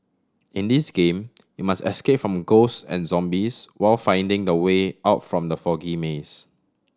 in this game you must escape from ghost and zombies while finding the way out from the foggy maze